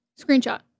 Screenshot